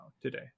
today